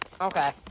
Okay